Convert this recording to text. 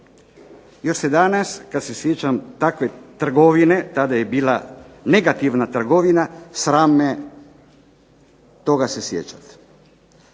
Još se danas kad se sjećam takve trgovine tada je bila negativna trgovina. Sram me je toga se sjećati.